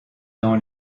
dans